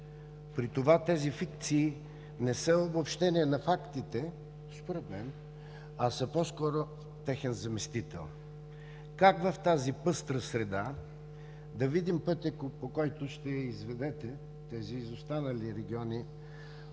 При това тези фикции не са обобщения на фактите, според мен, а са по-скоро техен заместител. Как в тази пъстра среда да видим пътя, по който ще изведете тези изостанали региони